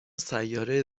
سیاره